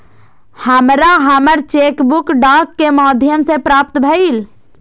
हमरा हमर cheque book डाक के माध्यम से प्राप्त भईल